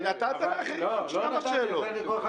אבל נתת לאחרים כמה שאלות.